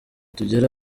tugere